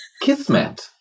Kismet